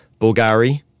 Bulgari